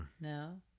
No